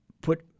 put